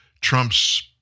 trump's